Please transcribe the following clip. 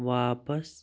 واپس